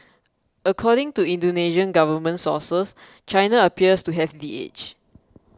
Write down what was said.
according to Indonesian government sources China appears to have the edge